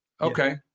Okay